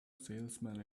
salesman